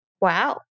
Wow